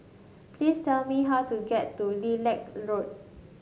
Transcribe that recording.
please tell me how to get to Lilac Road